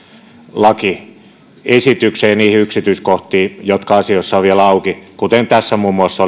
lakiesitykseen ja niihin yksityiskohtiin jotka asioissa ovat vielä auki kuten tässä muun muassa